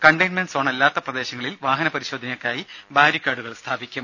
containment zone അല്ലാത്ത പ്രദേശങ്ങളിൽ വാഹനപരിശോധനയ്ക്കായി ബാരിക്കേഡുകൾ സ്ഥാപിക്കും